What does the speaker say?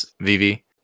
Vivi